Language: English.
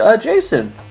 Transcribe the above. Jason